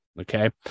okay